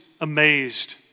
amazed